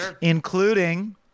including